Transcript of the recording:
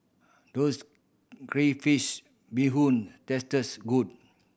does crayfish beehoon tastes good